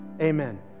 amen